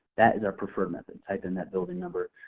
that is our preferred method. type in that building number,